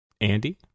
Andy